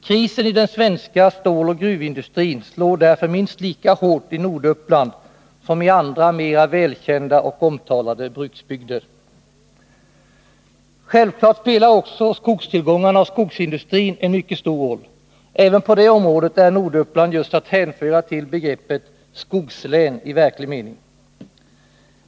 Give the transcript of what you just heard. Krisen i den svenska gruvoch stålindustrin slår därför minst lika hårt i Norduppland som i andra mer välkända och omtalade bruksbygder. Självklart spelar också skogstillgångarna och skogsindustrin en mycket stor roll. Även på det området är Norduppland just att hänföra till begreppet ”skogslän” i verklig mening.